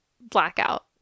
Blackout